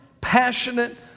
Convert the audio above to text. passionate